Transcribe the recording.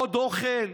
עוד אוכל?